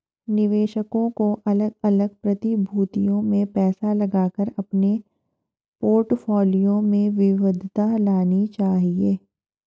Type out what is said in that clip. निवेशकों को अलग अलग प्रतिभूतियों में पैसा लगाकर अपने पोर्टफोलियो में विविधता लानी चाहिए